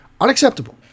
unacceptable